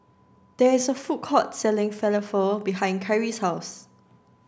there's a food court selling Falafel behind Kyrie's house